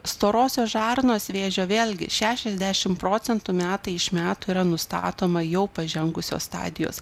storosios žarnos vėžio vėlgi šešiasdešim procentų metai iš metų yra nustatoma jau pažengusios stadijos